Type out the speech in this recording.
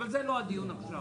אבל זה לא הדיון עכשיו.